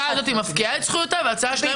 זה לא אותו חוק.